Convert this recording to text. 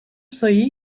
sayı